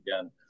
again